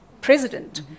president